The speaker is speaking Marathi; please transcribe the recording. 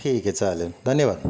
ठीक आहे चालेल धन्यवाद